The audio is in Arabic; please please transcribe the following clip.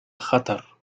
خطر